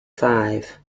five